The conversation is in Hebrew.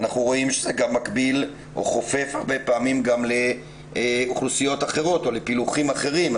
זה מקביל או חופף פעמים רבות גם לאוכלוסיות אחרות או לפילוחים אחרים.